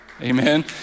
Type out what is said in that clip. Amen